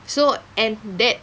so and that